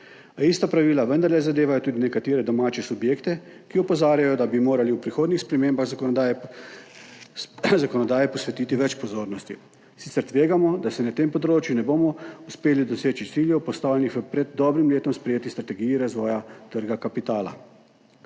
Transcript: A ista pravila vendarle zadevajo tudi nekatere domače subjekte, ki opozarjajo, da bi morali v prihodnje spremembam zakonodaje posvetiti več pozornosti, sicer tvegamo, da na tem področju ne bomo uspeli doseči ciljev, postavljenih v pred dobrim letom sprejeti strategiji razvoja trga kapitala.